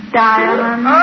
diamond